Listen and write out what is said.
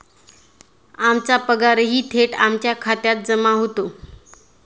आमचा पगारही थेट आमच्या खात्यात जमा होतो